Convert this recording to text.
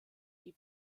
die